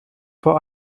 vor